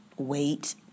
wait